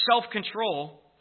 self-control